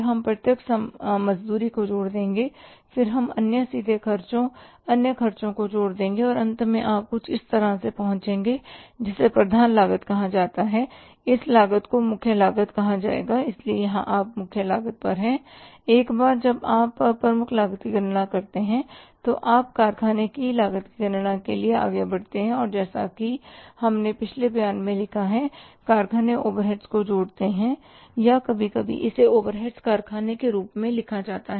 हम प्रत्यक्ष मजदूरी को जोड़ देंगे फिर हम अन्य सीधे खर्चों अन्य खर्चों को जोड़ देंगे और अंत में आप कुछ इस तरह से पहुँचेंगे जिसे प्रधान लागत कहा जाता है इस लागत को मुख्य लागत कहा जाएगा इसलिए यहां आप मुख्य लागत पर हैं एक बार जब आप प्रमुख लागत की गणना करते हैं तो आप कारखाने की लागत की गणना के लिए आगे बढ़ते हैं और जैसा कि हमने पिछले बयान में किया है कारखाने ओवरहेड्स को जोड़ते हैं या कभी कभी इसे ओवरहेड्स कारखाने के रूप में लिखा जाता है